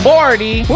Party